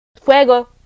fuego